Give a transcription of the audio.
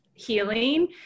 healing